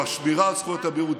השמירה על זכויות המיעוט,